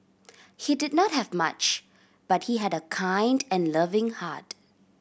he did not have much but he had a kind and loving heart